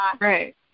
Right